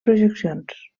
projeccions